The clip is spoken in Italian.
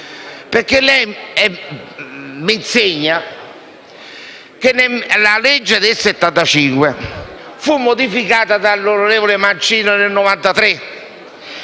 perché lei mi insegna che la legge n. 654 del 1975 fu modificata dall'onorevole Mancino nel 1993